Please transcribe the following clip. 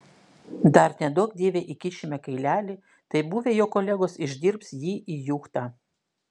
dar neduok dieve įkišime kailelį tai buvę jo kolegos išdirbs jį į juchtą